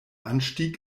anstieg